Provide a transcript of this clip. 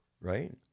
right